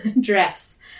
dress